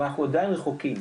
אבל אנחנו עדיין רחוקים,